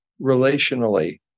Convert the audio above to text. relationally